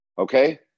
Okay